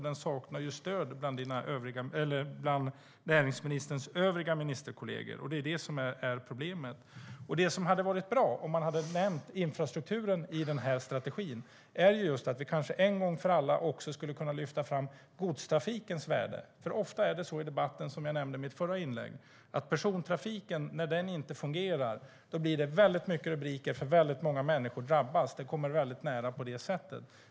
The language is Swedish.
Den saknar också stöd bland näringsministerns övriga ministerkollegor. Det är det som är problemet. Det som hade varit bra med att nämna infrastrukturen i strategin är att vi kanske en gång för alla hade kunnat lyfta fram godstrafikens värde. Som jag nämnde i mitt förra inlägg är det ofta så i debatten att när persontrafiken inte fungerar blir det mycket rubriker därför att många människor drabbas. Det kommer väldigt nära på det sättet.